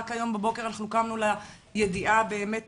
רק היום בבוקר אנחנו קמנו לידיעה הבאמת-מזעזעת,